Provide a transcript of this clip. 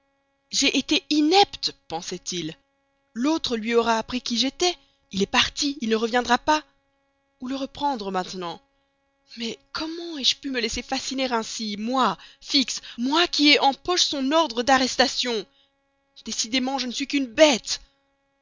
j'ai été inepte pensait-il l'autre lui aura appris qui j'étais il est parti il ne reviendra pas où le reprendre maintenant mais comment ai-je pu me laisser fasciner ainsi moi fix moi qui ai en poche son ordre d'arrestation décidément je ne suis qu'une bête